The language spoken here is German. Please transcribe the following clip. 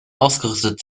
ausgerüstet